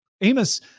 Amos